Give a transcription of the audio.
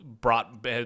brought